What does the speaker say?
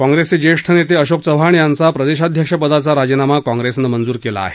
काँप्रेसचे ज्येष्ठ नेते अशोक चव्हाण यांचा प्रदेशाध्यक्षपदाचा राजीनामा काँप्रेसनं मंजूर केला आहे